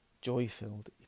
joy-filled